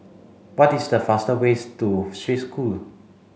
what is the fastest ways to Swiss School